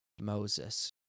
Moses